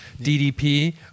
DDP